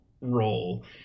role